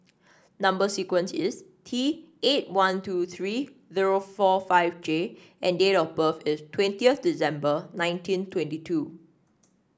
number sequence is T eight one two three zero four five J and date of birth is twentieth December nineteen twenty two